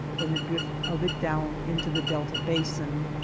than the drift of it down into the delta basin.